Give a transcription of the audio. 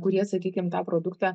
kurie sakykim tą produktą